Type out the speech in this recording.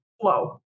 flow